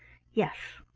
yes,